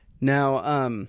Now